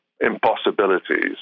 impossibilities